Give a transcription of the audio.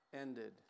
ended